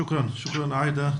שוקראן, עאידה.